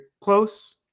close